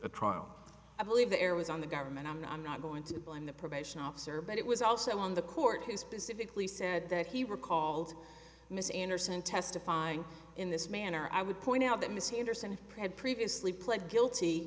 a trial i believe there was on the government i'm not i'm not going to blame the probation officer but it was also on the court who specifically said that he recalled miss anderson testifying in this manner i would point out that miss henderson had previously pled guilty